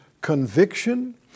conviction